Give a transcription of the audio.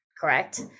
Correct